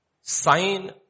sign